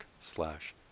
slash